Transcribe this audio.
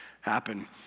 happen